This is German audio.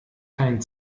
kein